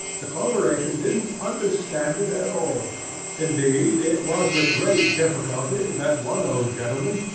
the corporation didn't understand it at all indeed it was with great difficulty that one old gentleman,